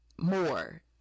more